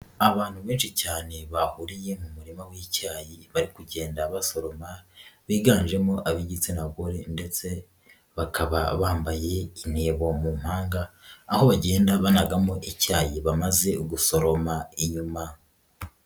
Abantu benshi cyane bahuriye mu murima w'icyayi bari kugenda basoroma biganjemo ab'igitsina gore ndetse bakaba bambaye intebo mu mpanga aho bagenda banagamo icyayi bamaze gusoroma inyuma.